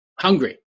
hungry